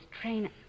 train